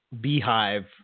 beehive